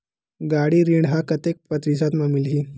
गाड़ी ऋण ह कतेक प्रतिशत म मिलही?